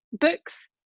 books